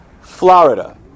Florida